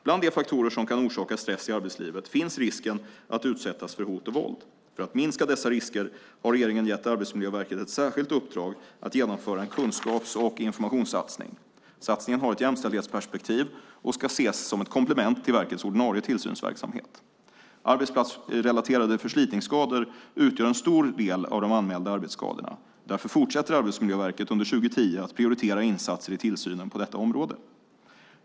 Bland de faktorer som kan orsaka stress i arbetslivet finns risken att utsättas för hot och våld. För att minska dessa risker har regeringen gett Arbetsmiljöverket ett särskilt uppdrag att genomföra en kunskaps och informationssatsning. Satsningen har ett jämställdhetsperspektiv och ska ses som ett komplement till verkets ordinarie tillsynsverksamhet. Arbetsplatsrelaterade förslitningsskador utgör en stor del av de anmälda arbetsskadorna. Därför fortsätter Arbetsmiljöverket under 2010 att prioritera insatser i tillsynen på detta område.